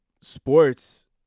Sports